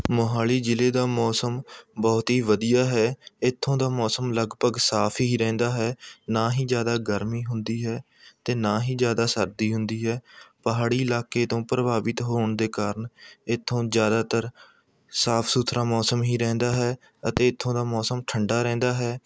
ਮੋਹਾਲੀ ਜ਼ਿਲ੍ਹੇ ਦਾ ਮੌਸਮ ਬਹੁਤ ਹੀ ਵਧੀਆ ਹੈ ਇੱਥੋਂ ਦਾ ਮੌਸਮ ਲਗਭਗ ਸਾਫ਼ ਹੀ ਰਹਿੰਦਾ ਹੈ ਨਾ ਹੀ ਜ਼ਿਆਦਾ ਗਰਮੀ ਹੁੰਦੀ ਹੈ ਅਤੇ ਨਾ ਹੀ ਜ਼ਿਆਦਾ ਸਰਦੀ ਹੁੰਦੀ ਹੈ ਪਹਾੜੀ ਇਲਾਕੇ ਤੋਂ ਪ੍ਰਭਾਵਿਤ ਹੋਣ ਦੇ ਕਾਰਨ ਇੱਥੇ ਜ਼ਿਆਦਾਤਰ ਸਾਫ਼ ਸੁਥਰਾ ਮੌਸਮ ਹੀ ਰਹਿੰਦਾ ਹੈ ਅਤੇ ਇੱਥੋਂ ਦਾ ਮੌਸਮ ਠੰਡਾ ਰਹਿੰਦਾ ਹੈ